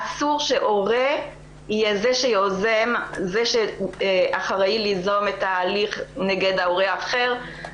אסור שהורה יהיה זה שאחראי ליזום את ההליך נגד ההורה האחר.